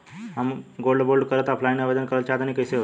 हम gold bond करंति offline आवेदन करल चाह तनि कइसे होई?